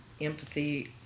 empathy